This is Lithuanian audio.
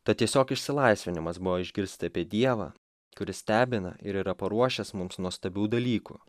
tad tiesiog išsilaisvinimas buvo išgirsta apie dievą kuris stebina ir yra paruošęs mums nuostabių dalykų